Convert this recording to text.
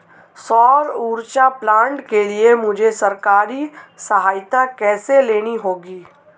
सौर ऊर्जा प्लांट के लिए मुझे सरकारी सहायता कैसे लेनी होगी?